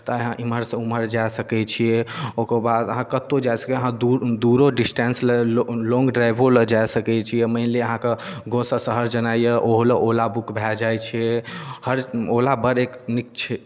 तऽ अहाँ एम्हरसँ ओम्हर जा सकै छियै ओकर बाद अहाँ कतहु जा सकै छियै अहाँ दूरो डिस्टेंस लेल लॉंग ड्राइवो लेल जा सकै छियै मानि लिअ अहाँके गामसँ शहर जेनाइ यए ओहू लेल ओला बुक भए जाइ छै हर ओला बड़ एक नीक छै